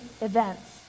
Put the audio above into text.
events